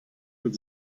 mit